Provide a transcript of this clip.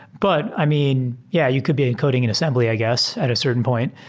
but i mean, yeah, you could be encoding in assembly i guess at a certain point.